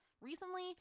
recently